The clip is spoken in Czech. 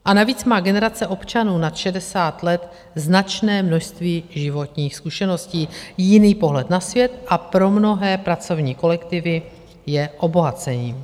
A navíc má generace občanů nad 60 let značné množství životních zkušeností, jiný pohled na svět a pro mnohé pracovní kolektivy je obohacením.